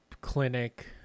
clinic